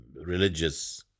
Religious